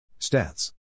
Stats